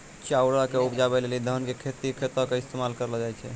चाउरो के उपजाबै लेली धान के खेतो के इस्तेमाल करलो जाय छै